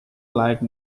like